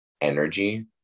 energy